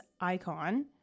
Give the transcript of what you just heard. icon